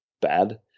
bad